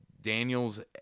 Daniel's